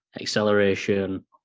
acceleration